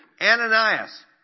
Ananias